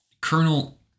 Colonel